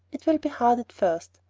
it will be hard at first,